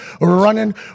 running